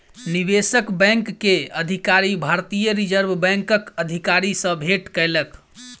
निवेशक बैंक के अधिकारी, भारतीय रिज़र्व बैंकक अधिकारी सॅ भेट केलक